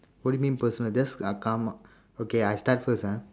what do you mean personal just uh come okay I start first ah